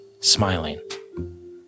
smiling